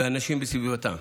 ולאנשים בסביבתם.